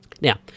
Now